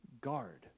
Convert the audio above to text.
guard